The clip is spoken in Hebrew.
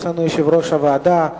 יש לנו יושב-ראש ועדה.